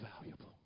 valuable